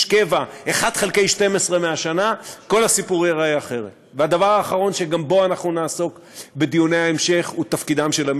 הצעת החוק עברה בקריאה ראשונה ותעבור להמשך דיון בוועדת הכלכלה.